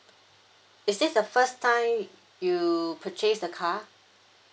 is this the first time you purchase the car